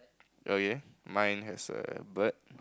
oh yea mine has a bird